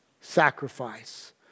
sacrifice